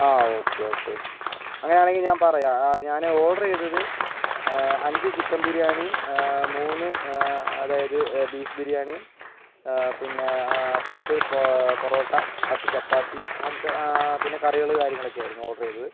ആ okay okay അങ്ങനെയാണെങ്കിൽ ഞാൻ പറയാം ഞാൻ ഓർഡർ ചെയ്തത് അഞ്ച് ചിക്കൻ ബിരിയാണിയും മൂന്ന് അതായത് ബീഫ് ബിരിയാണിയും പിന്നെ പത്ത് പൊറോട്ട പത്ത് ചപ്പാത്തി അങ്ങനത്തെ പിന്നെ കറികൾ കാര്യങ്ങളൊക്കെയായിരുന്നു ഓർഡർ ചെയ്തത്